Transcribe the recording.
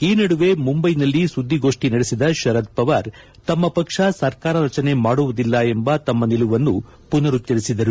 ಈ ನಡುವೆ ಮುಂದೈನಲ್ಲಿ ಸುದ್ದಿಗೋಷ್ಠಿ ನಡೆಸಿದ ಶರದ್ ಪವಾರ್ ತಮ್ನ ಪಕ್ಷ ಸರ್ಕಾರ ರಚನೆ ಮಾಡುವುದಿಲ್ಲ ಎಂಬ ತಮ್ನ ನಿಲುವನ್ನು ಪುನರುಚ್ಚರಿಸಿದರು